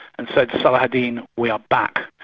and said saladin, we are back'.